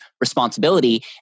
responsibility